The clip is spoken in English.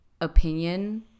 opinion